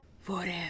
forever